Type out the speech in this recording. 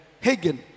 Hagen